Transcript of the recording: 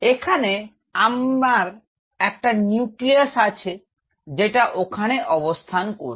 এখানে আমার একটা নিউক্লিয়াস আছে যেটা ওখানে অবস্থান করছে